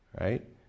right